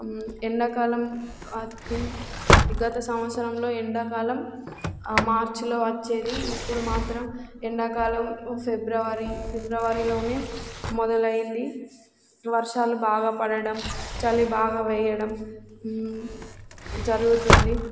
ఎండాకాలం ఈ గత సంవత్సరంలో ఎండాకాలం మార్చిలో వచ్చేది ఇప్పుడు మాత్రం ఎండాకాలం ఫిబ్రవరి ఫిబ్రవరిలోనే మొదలైంది వర్షాలు బాగా పడడం చలి బాగా వేయడం జరుగుతుంది